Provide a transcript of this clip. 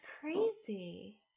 crazy